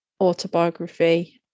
autobiography